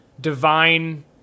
divine